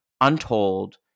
untold